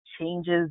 changes